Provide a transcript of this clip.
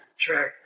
track